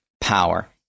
power